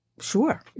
Sure